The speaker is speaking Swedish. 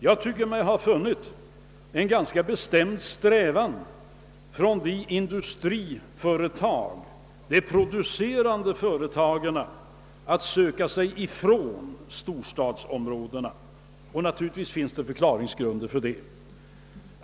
Jag tycker mig ha funnit en ganska bestämd strävan från producerande företag att söka sig ifrån storstadsområdena. Naturligtvis finns det förklaringsgrunder till det.